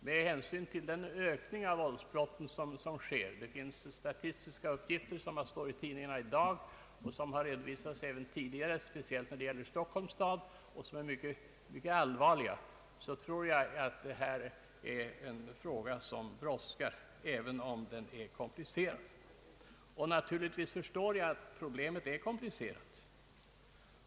Med hänsyn till den allvarliga ökning av våldsbrotten som sker — statistiska uppgifter om detta står bl.a. att läsa i tidningarna i dag och har speciellt beträffande Stockholms stad också redovisats tidigare — tror jag man kan säga att frågan brådskar, även om den är komplicerad. Naturligtvis förstår jag att problemet är komplicerat.